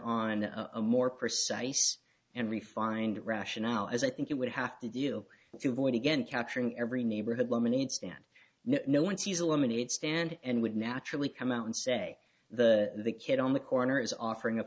on a more precise and refined rationale as i think it would have to deal if you avoid again capturing every neighborhood lemonade stand no one sees a lemonade stand and would naturally come out and say the the kid on the corner is offering a